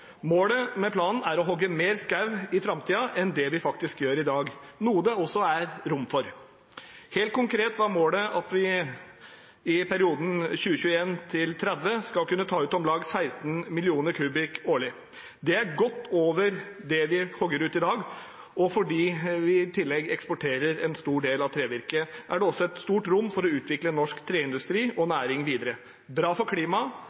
Målet med planen er å hogge mer skog i framtiden enn det vi gjør i dag, noe det også er rom for. Helt konkret er målet at vi i perioden 2021–2030 skal kunne ta ut om lag 16 mill. m 3 årlig. Det er godt over det vi hogger ut i dag. Fordi vi i tillegg eksporterer en stor del av trevirket, er det også et stort rom for å utvikle norsk treindustri og -næring videre – bra for klimaet,